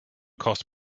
cost